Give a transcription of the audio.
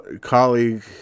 colleague